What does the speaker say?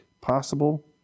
possible